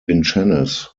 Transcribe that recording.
vincennes